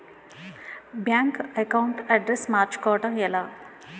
Bank account address మార్చుకోవడం ఎలా?